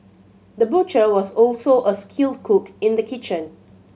the butcher was also a skilled cook in the kitchen